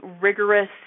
rigorous